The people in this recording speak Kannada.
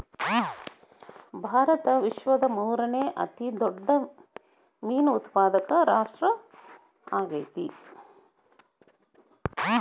ಭಾರತ ವಿಶ್ವದ ಮೂರನೇ ಅತಿ ದೊಡ್ಡ ಮೇನು ಉತ್ಪಾದಕ ರಾಷ್ಟ್ರ ಆಗೈತ್ರಿ